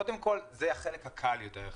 קודם כל, זה החלק הקל יותר יחסית.